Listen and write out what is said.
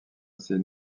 assez